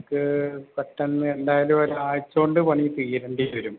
നമുക്ക് പെട്ടെന്ന് എന്തായാലും ഒരാഴ്ച്ചകൊണ്ട് പണി തീരേണ്ടി വരും